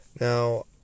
now